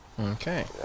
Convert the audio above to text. okay